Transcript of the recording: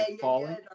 falling